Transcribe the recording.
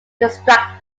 distract